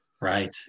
Right